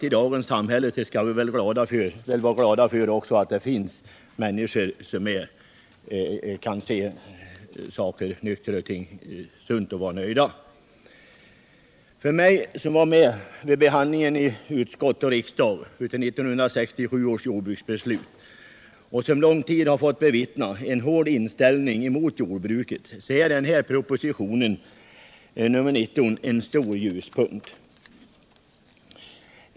I dagens samhälle skall vi väl vara glada för att det också finns människor som kan se saker och ting sunt och vara nöjda. För mig, som var med vid behandlingen i utskottet och riksdagen av 1967 års jordbruksbeslut och som under en lång tid fått bevittna en hård inställning mot jordbruket, är den här propositionen en stor ljuspunkt.